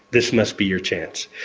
this must be your chance,